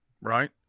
Right